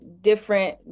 different